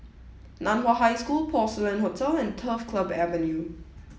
Nan Hua High School Porcelain Hotel and Turf Club Avenue